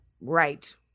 Right